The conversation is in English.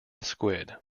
squid